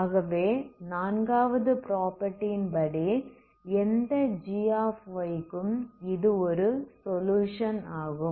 ஆகவே நான்காவது ப்ராப்பர்ட்டி யின் படி எந்த g க்கும் இது ஒரு சொலுயுஷன் ஆகும்